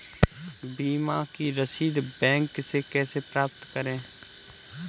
बीमा की रसीद बैंक से कैसे प्राप्त करें?